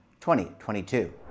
2022